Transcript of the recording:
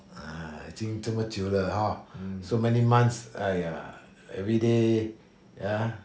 !aiya! 已经这么久了 hor so many months !aiya! everyday